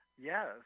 Yes